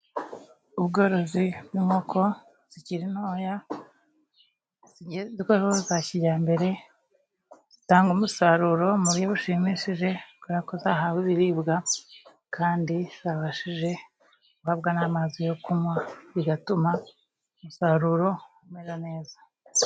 Ubworozi bw'inkoko zikiri ntoya zigezweho za kijyambere zitanga umusaruro mu buryo bushimishije, kubera ko zahawe ibiribwa kandi zabashije guhabwa n'amazi yo kunywa, bigatuma umusaruro umera neza.